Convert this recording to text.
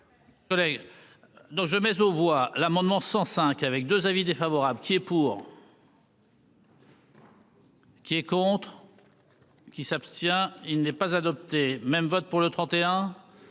je mais aux voix l'amendement 105 avec 2 avis défavorable qui est pour. Qui est contre. Qui s'abstient. Il n'est pas adopté même vote pour le 31.